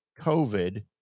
COVID